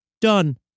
done